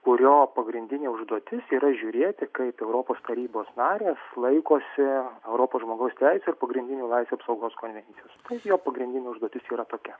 kurio pagrindinė užduotis yra žiūrėti kaip europos tarybos narės laikosi europos žmogaus teisių ir pagrindinių laisvių apsaugos konvencijos taigi jo pagrindinė užduotis yra tokia